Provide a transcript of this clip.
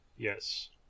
Yes